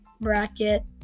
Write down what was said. bracket